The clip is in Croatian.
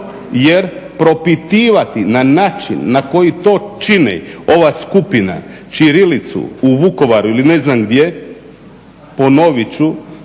jer propitivati na način na koji to čini ova skupina ćirilicu u Vukovaru ili ne znam gdje, ponovit ću